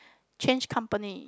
change company